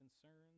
concerns